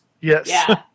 Yes